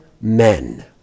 men